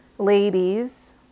Ladies